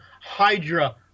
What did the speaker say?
hydra